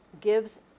gives